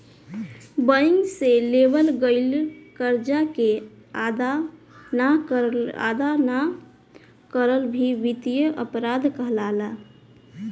bank से लेवल गईल करजा के अदा ना करल भी बित्तीय अपराध कहलाला